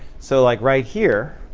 so like right here,